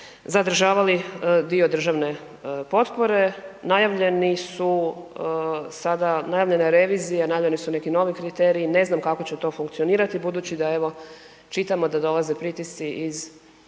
zadržavali dio državne potpore. Najavljeni su sada, najavljena je revizija, najavljeni su neki novi kriteriji, ne znam kako će to funkcionirati budući da evo čitamo da dolaze pritisci iz